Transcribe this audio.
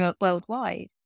worldwide